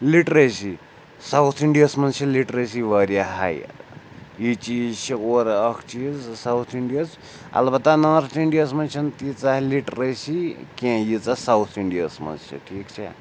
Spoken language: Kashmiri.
لِٹریسی ساوُتھ اِنٛڈیاہَس منٛز چھِ لِٹریسی واریاہ ہاے یہِ چیٖز چھِ اورٕ اَکھ چیٖز ساوُتھ اِنٛڈیاہَس اَلبتہ نارٕتھ اِنٛڈیاہَس منٛز چھَنہٕ تیٖژاہ لِٹریسی کیٚنٛہہ ییٖژاہ ساوُتھ اِنٛڈیاہَس منٛز چھِ ٹھیٖک چھےٚ